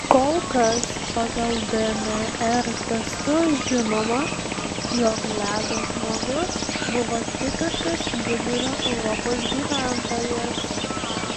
kol kas pagal dnr testus žinoma jog ledo žmogus buvo tipiškas vidurio europos gyventojas